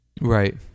Right